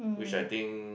which I think